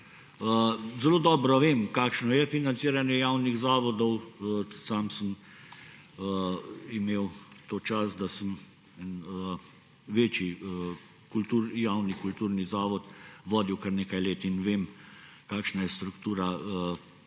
Zelo dobro vem, kakšno je financiranje javnih zavodov. Sam sem imel to čast, da sem večji javni kulturni zavod vodil kar nekaj let, in vem, kakšna je struktura financiranja